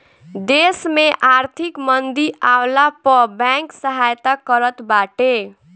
देस में आर्थिक मंदी आवला पअ बैंक सहायता करत बाटे